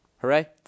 Hooray